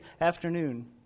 afternoon